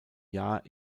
jahr